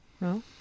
No